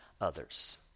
others